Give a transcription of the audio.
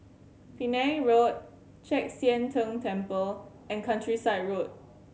Penang Road Chek Sian Tng Temple and Countryside Road